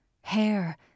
hair